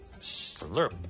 slurp